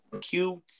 cute